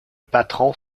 patron